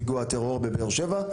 פיגוע הטרור בבאר שבע,